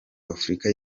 w’afurika